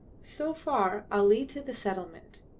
so far ali to the settlement.